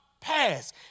pass